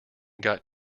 got